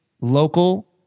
local